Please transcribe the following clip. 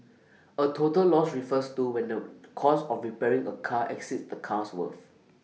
A total loss refers to when the cost of repairing A car exceeds the car's worth